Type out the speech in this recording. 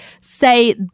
say